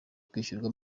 kwishyurwa